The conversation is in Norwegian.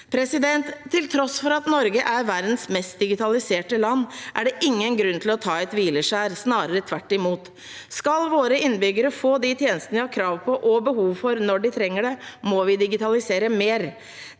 feltet. Til tross for at Norge er verdens mest digitaliserte land, er det ingen grunn til å ta et hvileskjær, snarere tvert imot. Skal våre innbyggere få de tjenestene de har krav på og behov for når de trenger det, må vi digitalisere mer.